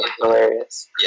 hilarious